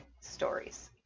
stories